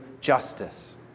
justice